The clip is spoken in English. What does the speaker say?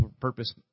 purpose